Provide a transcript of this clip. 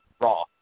Raw